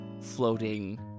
floating